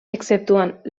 exceptuant